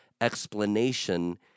explanation